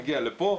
מגיע לפה,